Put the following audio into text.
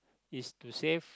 is to save